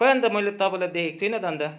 खोइ अनि त मैले तपाईँलाई देखेको छैन त अन्त